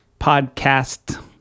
podcast